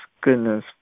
goodness